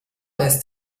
lässt